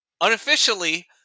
Unofficially